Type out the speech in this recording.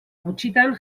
gutxitan